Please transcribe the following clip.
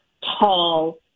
tall